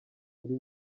muri